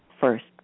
first